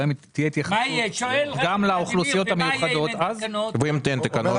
בהן תהיה התייחסות גם לאוכלוסיות המיוחדות --- מניסיון,